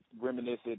reminiscent